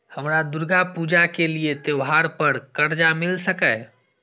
हमरा दुर्गा पूजा के लिए त्योहार पर कर्जा मिल सकय?